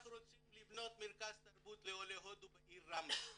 אנחנו רוצים לבנות מרכז תרבות לעולי הודו בעיר רמלה.